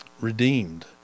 redeemed